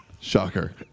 Shocker